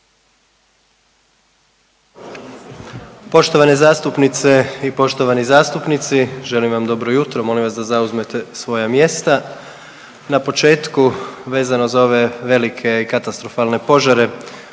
Poštovane zastupnice i poštovani zastupnici želim vam dobro jutro, molim vas da zauzmete svoja mjesta. Na početku vezano za ove velike katastrofalne požare